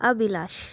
Abhilash